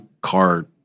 car